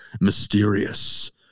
mysterious